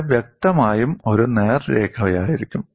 ഇത് വ്യക്തമായും ഒരു നേർരേഖയായിരിക്കും